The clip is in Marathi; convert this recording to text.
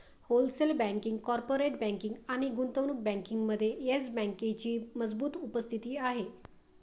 होलसेल बँकिंग, कॉर्पोरेट बँकिंग आणि गुंतवणूक बँकिंगमध्ये येस बँकेची मजबूत उपस्थिती आहे